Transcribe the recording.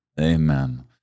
Amen